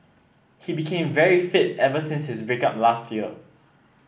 he became very fit ever since his break up last year